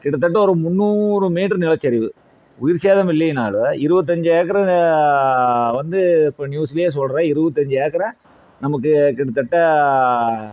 கிட்டத்தட்ட ஒரு முன்னூறு மீட்டர் நிலச்சரிவு உயிர்சேதமில்லைனாலும் இருபத்தஞ்சி ஏக்கர் வந்து இப்போ நியூஸ்லையே சொல்கிறான் இருபத்தஞ்சி ஏக்கர் நமக்கு கிட்டத்தட்ட